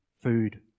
food